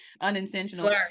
Unintentional